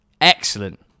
excellent